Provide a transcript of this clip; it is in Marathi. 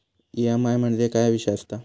ई.एम.आय म्हणजे काय विषय आसता?